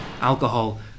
alcohol